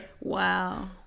Wow